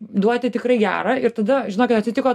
duoti tikrai gerą ir tada žinokit atitiko